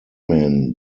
man